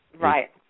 Right